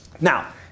Now